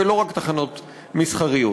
ולא רק תחנות מסחריות.